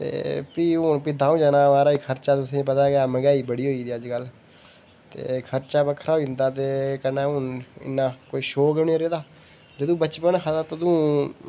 ते भ हून द'ऊं जनें दा खर्चा तुसेंगी पता गै मैहंगाई मती होई दी अजकल ते खर्चा बक्खरा होई जंदा ते कन्नै हून इन्ना शौक बी निं रेह्दा जदूं बचपन हा तदूं